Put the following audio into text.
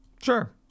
Sure